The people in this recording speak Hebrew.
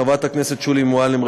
הצעת חברת הכנסת שולי מועלם-רפאלי.